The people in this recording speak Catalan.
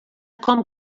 com